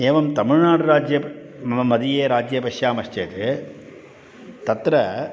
एवं तमिळ्नाडुराज्ये मम मदीये राज्ये पश्यामश्चेत् तत्र